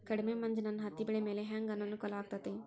ಕಡಮಿ ಮಂಜ್ ನನ್ ಹತ್ತಿಬೆಳಿ ಮ್ಯಾಲೆ ಹೆಂಗ್ ಅನಾನುಕೂಲ ಆಗ್ತೆತಿ?